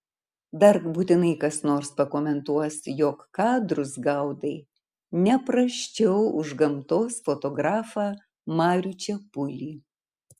dar būtinai kas nors pakomentuos jog kadrus gaudai ne prasčiau už gamtos fotografą marių čepulį